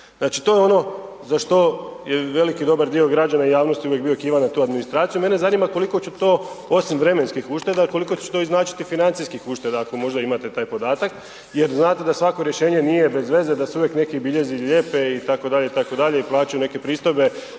znači to je ono za što je veliki i dobar dio građana i javnosti uvijek bio kivan na tu administraciju, mene zanima koliko će to osim vremenskih ušteda, koliko će to i značiti financijskih ušteda, ako možda imate taj podatak, jer znate da svako rješenje nije bez veze, da se uvijek neki biljezi lijepe i tako dalje, i tako dalje, i plaćaju neke pristojbe,